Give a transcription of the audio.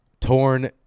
Torn